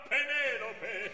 Penelope